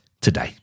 today